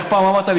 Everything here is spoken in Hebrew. איך פעם אמרת לי?